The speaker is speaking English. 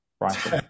right